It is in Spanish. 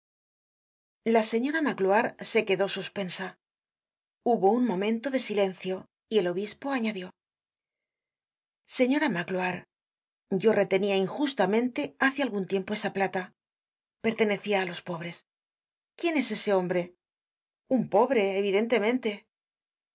la señora magloire se quedó suspensa hubo un momento de silencio y el obispo añadió señora magloire yo retenia injustamente hace algun tiempo esa plata pertenecia á los pobres quién es ese hombre un pobre evidentemente